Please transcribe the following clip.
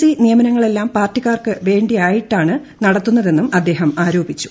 C നിയമനങ്ങളെല്ലാം പാർട്ടിക്കാർക്ക് വേണ്ടിയിട്ടാണ് നടത്തുന്നതെന്നും അദ്ദേഹം ആരോപിച്ചു